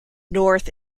north